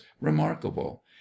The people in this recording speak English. remarkable